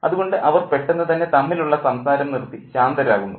അതുകൊണ്ട് അവർ പെട്ടെന്നു തന്നെ തമ്മിലുള്ള സംസാരം നിർത്തി ശാന്തരാകുന്നു